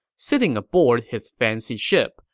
sitting aboard his fancy ship,